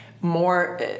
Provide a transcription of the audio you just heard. more